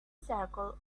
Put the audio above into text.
circle